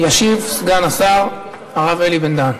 ישיב סגן השר, הרב אלי בן-דהן.